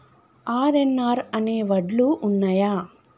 RNR అనే వడ్లు ఉన్నయా?